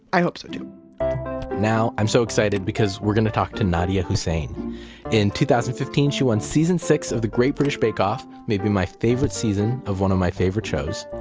i hope so too now i'm so excited because we're going to talk to nadiya hussein in two thousand and fifteen, she won season six of the great british bake off, maybe my favorite season of one of my favorite shows.